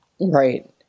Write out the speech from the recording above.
Right